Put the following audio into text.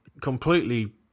Completely